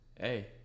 Hey